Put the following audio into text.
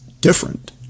different